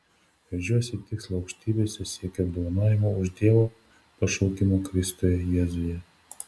veržiuosi į tikslą aukštybėse siekiu apdovanojimo už dievo pašaukimą kristuje jėzuje